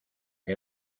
que